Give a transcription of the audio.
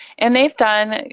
and they've done,